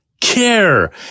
care